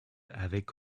avec